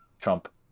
Trump